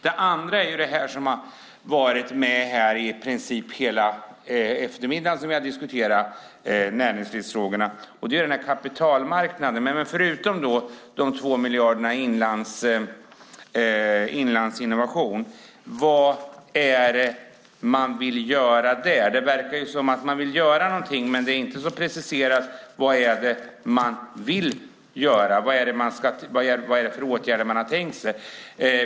Det andra är det som varit med i princip hela eftermiddagen som vi har diskuterat näringslivsfrågorna. Det gäller kapitalmarknaden. Förutom de 2 miljarderna till inlandsinnovation, vad är det man vill göra där? Det verkar som att man vill göra någonting, men det är inte så preciserat vad det är man vill göra och vilka åtgärder man har tänkt sig.